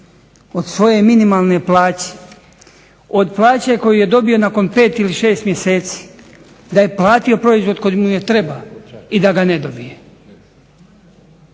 od svoje minimalne plaće, od plaće koju je dobio nakon 5 ili 6 mjeseci, da je platio proizvod koji mu treba i da ga ne dobije.